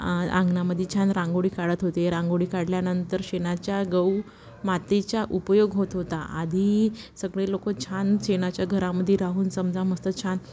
आ अंगणामध्ये छान रांगोळी काढत होते रांगोळी काढल्यानंतर शेणाच्या गऊ मातीचा उपयोग होत होता आधी सगळे लोकं छान शेणाच्या घरामध्ये राहून समजा मस्त छान